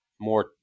more